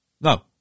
No